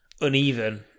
uneven